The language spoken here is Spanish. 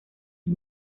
sus